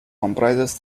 comprises